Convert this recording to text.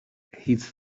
his